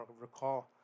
recall